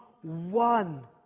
one